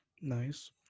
Nice